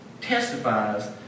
testifies